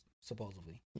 Supposedly